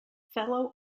fellow